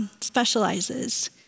specializes